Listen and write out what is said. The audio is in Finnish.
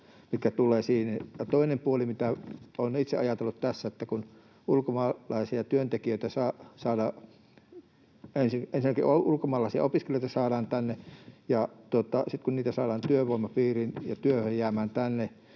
Toinen puoli, mitä olen itse ajatellut tässä, on se, että kun ensinnäkin ulkomaalaisia opiskelijoita saadaan tänne ja sitten kun heitä saadaan työvoiman piiriin ja jäämään tänne